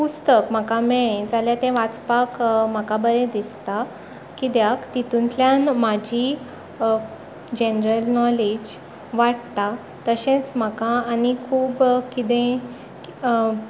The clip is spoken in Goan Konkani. पुस्तक म्हाका मेळ्ळी जाल्यार तें वाचपाक म्हाका बरें दिसता कित्याक तितूंतल्यान म्हजी जनरल नोलॅज वाडटा तशेंच म्हाका आनी खूब कितें